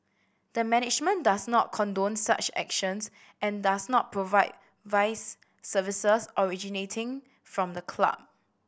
the management does not condone such actions and does not provide vice services originating from the club